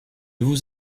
vous